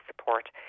support